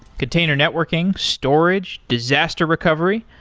container networking, storage, disaster recovery,